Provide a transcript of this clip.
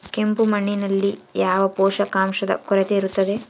ಕೆಂಪು ಮಣ್ಣಿನಲ್ಲಿ ಯಾವ ಪೋಷಕಾಂಶದ ಕೊರತೆ ಇರುತ್ತದೆ?